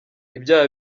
ibyaha